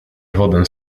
wodę